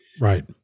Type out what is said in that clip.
right